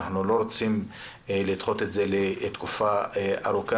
אנחנו לא רוצים לדחות את זה לתקופה ארוכה,